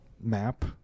map